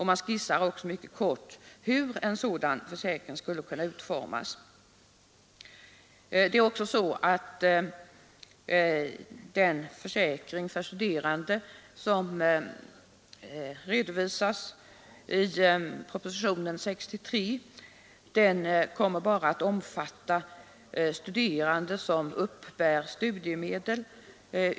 Man skisserar också mycket kort hur en sådan försäkring skulle kunna utformas. Den försäkring för studerande som redovisas i propositionen 63 kommer bara att omfatta studerande som uppbär studiemedel.